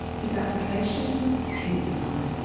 his application is denied.